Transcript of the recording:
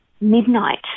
midnight